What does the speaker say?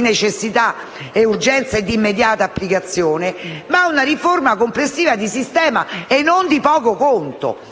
necessità e urgenza e di immediata applicazione, ma una riforma complessiva e non di poco conto?